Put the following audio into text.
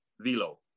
velo